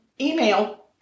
email